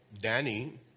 Danny